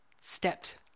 stepped